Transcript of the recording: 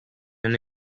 and